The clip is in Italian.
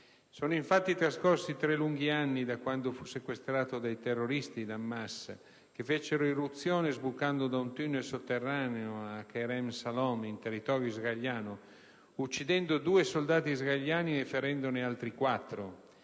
Sono infatti trascorsi tre lunghi anni da quando fu sequestrato da terroristi da Hamas, che fecero irruzione sbucando da un tunnel sotterraneo a Kerem Shalom, in territorio israeliano, uccidendo due soldati israeliani e ferendone altri quattro.